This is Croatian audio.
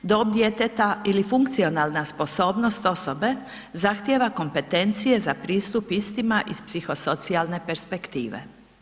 Dob djeteta ili funkcionalna sposobnost osobe zahtijeva kompetencije za pristup istima iz psihosocijalne perspektive.